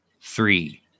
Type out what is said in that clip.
Three